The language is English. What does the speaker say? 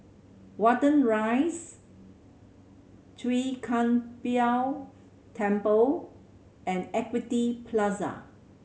Watten Rise Chwee Kang Beo Temple and Equity Plaza